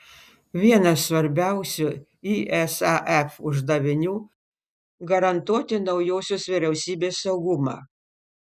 vienas svarbiausių isaf uždavinių garantuoti naujosios vyriausybės saugumą